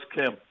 Kim